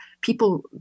People